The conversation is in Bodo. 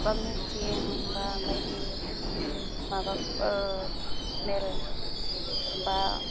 बा मिटिं बा बायदि माबा मेल बा